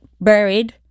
buried